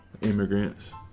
immigrants